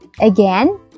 Again